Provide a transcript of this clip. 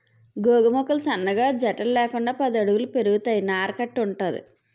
గోగు మొక్కలు సన్నగా జట్టలు లేకుండా పది అడుగుల పెరుగుతాయి నార కట్టి వుంటది